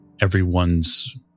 everyone's